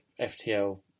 FTL